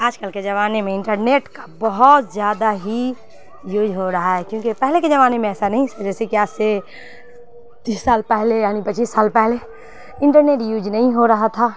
آج کل کے زمانے میں انٹرنیٹ کا بہت زیادہ ہی یوز ہو رہا ہے کیونکہ پہلے کے زمانے میں ایسا نہیں اس وجہ سے کہ آج سے تیس سال پہلے یعنی پچیس سال پہلے انٹرنیٹ یوج نہیں ہو رہا تھا